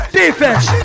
defense